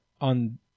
on